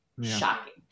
shocking